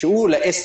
והוא לעסק.